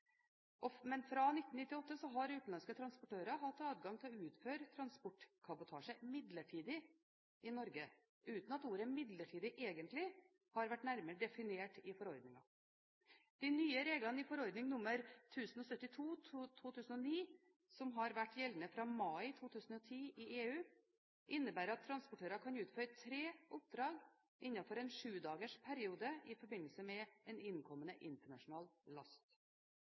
et tillatelsessystem, men fra 1998 har utenlandske transportører hatt adgang til å utføre transportkabotasje midlertidig i Norge – uten at ordet midlertidig egentlig har vært nærmere definert i forordningen. De nye reglene i forordning nr. 1072/2009, som har vært gjeldende fra mai 2010 i EU, innebærer at transportører kan utføre tre oppdrag innenfor en syvdagersperiode i forbindelse med en innkommende internasjonal last.